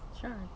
Sure